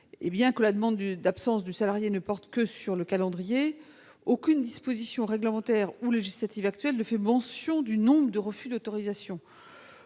Bien que la demande d'absence du salarié ne porte que sur le calendrier, aucune disposition réglementaire ou législative actuelle ne fait mention du nombre de refus d'autorisation.